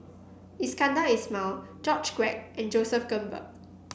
Iskandar Ismail George Quek and Joseph Grimberg